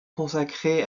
consacrée